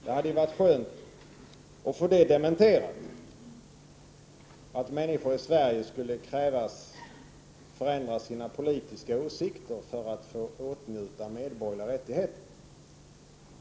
Det hade varit skönt att få det dementerat att människor i Sverige skulle avkrävas en förändring av sina politiska åsikter för att få åtnjuta medborgerliga rättigheter.